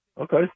Okay